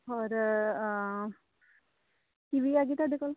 ਹੋਰ ਕੀਵੀ ਹੈਗੀ ਤੁਹਾਡੇ ਕੋਲ